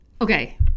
okay